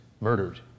murdered